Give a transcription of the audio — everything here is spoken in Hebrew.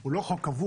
הוא לא חוק קבוע.